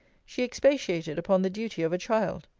she expatiated upon the duty of a child.